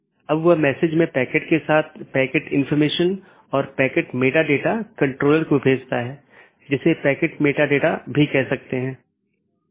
और BGP protocol के तहत एक BGP डिवाइस R6 को EBGP के माध्यम से BGP R1 से जुड़ा हुआ है वहीँ BGP R3 को BGP अपडेट किया गया है और ऐसा ही और आगे भी है